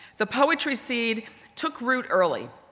the poetry seed took root early.